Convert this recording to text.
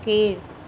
கீழ்